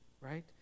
right